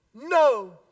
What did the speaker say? No